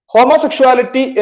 Homosexuality